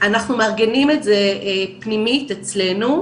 אנחנו מארגנים את זה פנימית, אצלנו,